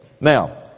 Now